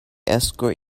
escort